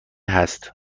هست